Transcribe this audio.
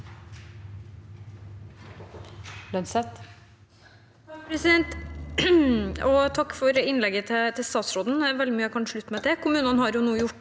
Takk for innleg- get til statsråden. Det er veldig mye jeg kan slutte meg til.